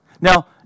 Now